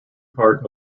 part